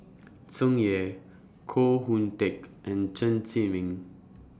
Tsung Yeh Koh Hoon Teck and Chen Zhiming